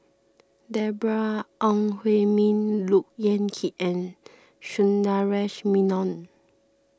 Deborah Ong Hui Min Look Yan Kit and Sundaresh Menon